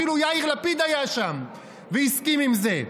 אפילו יאיר לפיד היה שם והסכים עם זה.